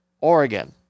Oregon